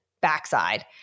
backside